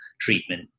treatment